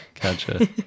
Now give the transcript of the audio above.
Gotcha